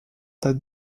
date